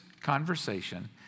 conversation